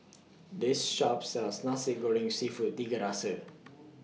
This Shop sells Nasi Goreng Seafood Tiga Rasa